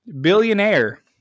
Billionaire